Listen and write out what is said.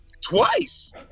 Twice